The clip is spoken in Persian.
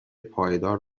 پایدار